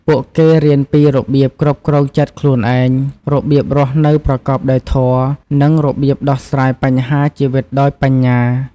ពួកគេរៀនពីរបៀបគ្រប់គ្រងចិត្តខ្លួនឯង របៀបរស់នៅប្រកបដោយធម៌ និងរបៀបដោះស្រាយបញ្ហាជីវិតដោយបញ្ញា។